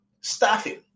staffing